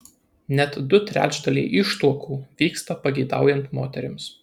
net du trečdaliai ištuokų vyksta pageidaujant moterims